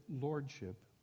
lordship